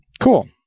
Cool